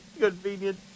Convenient